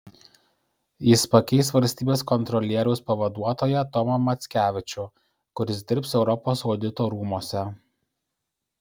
jis pakeis valstybės kontrolieriaus pavaduotoją tomą mackevičių kuris dirbs europos audito rūmuose